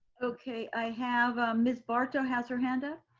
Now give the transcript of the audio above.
okay, i have miss barto has her hand up.